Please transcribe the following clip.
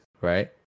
right